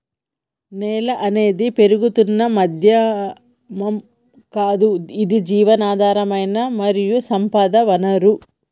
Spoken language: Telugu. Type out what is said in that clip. నేల అనేది పెరుగుతున్న మాధ్యమం గాదు ఇది జీవధారమైన మరియు సంపద వనరు